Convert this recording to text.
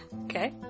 Okay